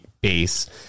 base